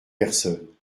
personne